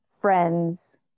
friends